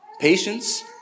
Patience